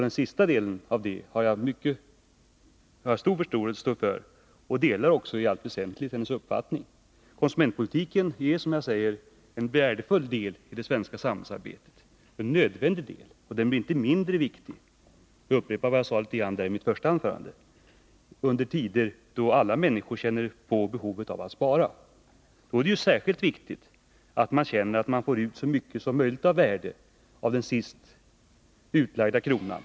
Den sista delen av detta har jag stor förståelse för, och på den punkten delar jag också i allt väsentligt hennes uppfattning. Konsumentpolitiken är en värdefull och nödvändig del i det svenska samhällsarbetet, och den blir inte mindre viktig i tider då alla människor måste spara in. Då är det särskilt viktigt att man får ut så mycket som möjligt av värde av den sist utlagda kronan.